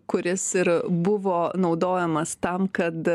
kuris ir buvo naudojamas tam kad